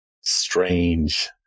strange